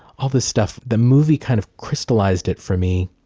all this stuff the movie kind of crystallized it for me